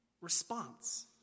response